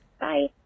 Bye